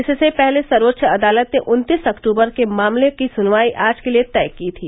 इससे पहले सर्वोच्च अदालत ने उत्तीस अक्टूबर को मामले की स्नवाई आज के लिए तय की थी